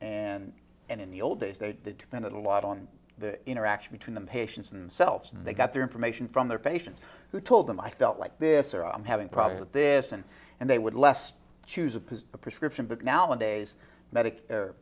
and and in the old days they depended a lot on the interaction between the patients and selves and they got their information from their patients who told them i felt like this or i'm having problem with this and and they would less choose opposed a prescription but nowadays medic